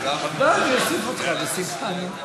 לא, אוסיף אותך, בשמחה.